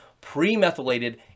pre-methylated